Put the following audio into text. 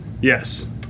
Yes